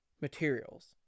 materials